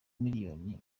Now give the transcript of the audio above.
miliyoni